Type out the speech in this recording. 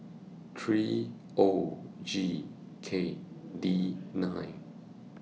three O G K D nine